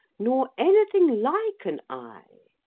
nor anything like an eye.